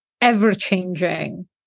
ever-changing